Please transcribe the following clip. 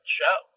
show